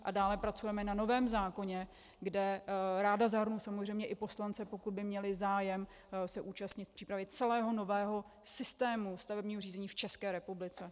A dále pracujeme na novém zákoně, kde ráda zahrnu samozřejmě i poslance, pokud by měli zájem se účastnit přípravy celého nového systému stavebního řízení v České republice.